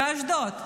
ממש.